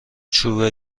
چوب